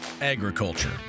agriculture